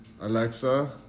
alexa